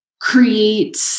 create